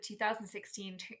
2016